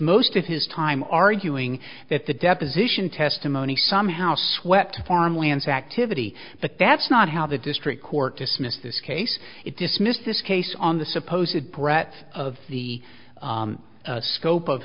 most of his time arguing that the deposition testimony somehow swept farmlands activity but that's not how the district court dismissed this case it dismissed this case on the suppose it bret of the scope of